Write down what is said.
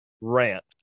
rant